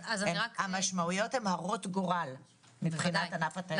המשמעויות הן הרות גורל לענף התיירות.